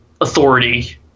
authority